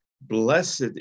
Blessed